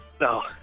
No